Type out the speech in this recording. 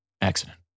accident